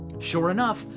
sure enough,